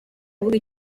kuvuga